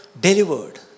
delivered